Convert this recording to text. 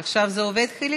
עכשיו זה עובד, חיליק?